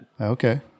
Okay